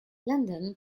london